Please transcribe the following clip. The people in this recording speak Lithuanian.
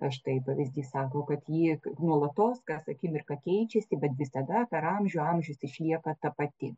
va štai pavyzdys sako kad ji nuolatos kas akimirką keičiasi bet visada per amžių amžius išlieka ta pati